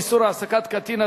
איסור העסקת קטין),